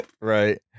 Right